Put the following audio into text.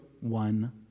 one